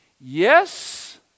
Yes